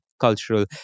cultural